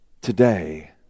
today